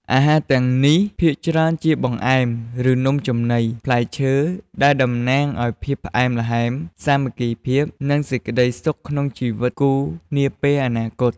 អាហារទាំងនេះភាគច្រើនជាបង្អែម ឬនំចំណី ផ្លែឈើដែលតំណាងឲ្យភាពផ្អែមល្ហែម សាមគ្គីភាព និងសេចក្តីសុខក្នុងជីវិតគូរនាពេលអនាគត។